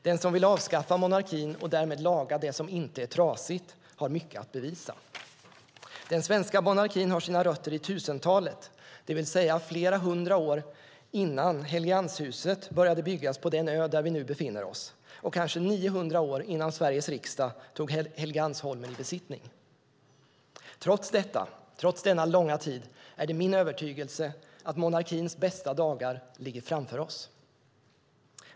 Den som vill avskaffa monarkin och därmed laga det som inte är trasigt har mycket att bevisa. Den svenska monarkin har sina rötter i 1000-talet, det vill säga flera hundra år innan Helgeandshuset började byggas på den ö där vi nu befinner oss och kanske 900 år innan Sveriges riksdag tog Helgeandsholmen i besittning. Trots detta är det min övertygelse att monarkins bästa dagar ligger framför oss.